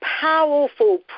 powerful